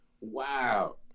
Wow